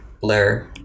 Blur